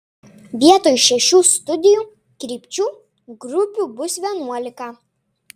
vietoj šešių studijų krypčių grupių bus vienuolika